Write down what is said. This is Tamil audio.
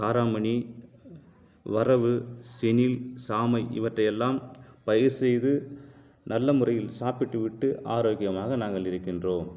காராமணி வரகு செனில் சாமை இவற்றை எல்லாம் பயிர் செய்து நல்ல முறையில் சாப்பிட்டு விட்டு ஆரோக்கியமாக நாங்கள் இருக்கின்றோம்